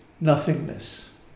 nothingness